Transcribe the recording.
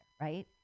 right